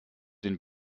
den